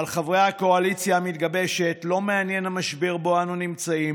אבל את חברי הקואליציה המתגבשת לא מעניין המשבר שבו אנו נמצאים,